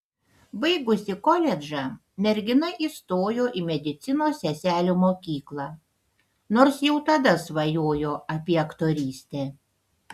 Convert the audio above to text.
baigusi koledžą mergina įstojo į medicinos seselių mokyklą nors jau tada svajojo apie aktorystę